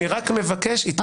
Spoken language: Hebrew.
אני רק מבקש התייחסות.